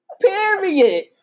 Period